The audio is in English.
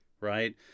right